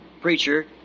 preacher